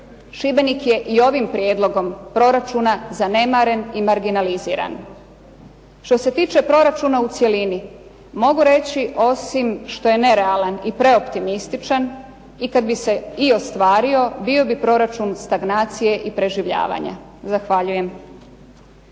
Šibenik je i ovim prijedlogom proračuna zanemaren i marginaliziran. Što se tiče proračuna u cjelini mogu reći osim što je nerealan i preoptimističan, i kad bi se i ostvario bio bi proračun stagnacije i preživljavanja. Zahvaljujem.